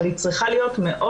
אבל היא צריכה להיות מאוד